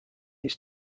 its